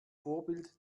vorbild